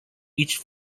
each